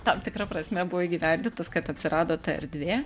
tam tikra prasme buvo įgyvendintas kad atsirado ta erdvė